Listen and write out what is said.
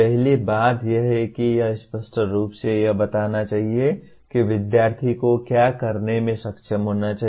पहली बात यह है कि यह स्पष्ट रूप से यह बताना चाहिए कि विध्यार्थी को क्या करने में सक्षम होना चाहिए